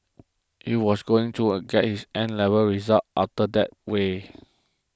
he was going to get his 'N' level results after that way